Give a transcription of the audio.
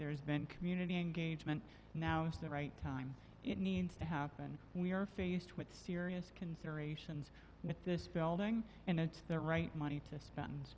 there's been community engagement now is the right time it needs to happen and we are faced with serious considerations with this building and it's the right money to spend